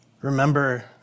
remember